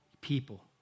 people